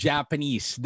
Japanese